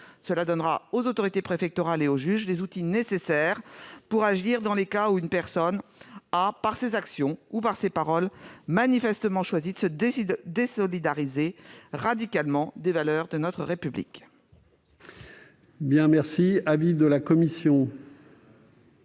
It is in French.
Cela donnera aux autorités préfectorales et au juge les outils nécessaires pour agir dans les cas où une personne a, par ses actions ou par ses paroles, manifestement choisi de se désolidariser radicalement des valeurs de notre République.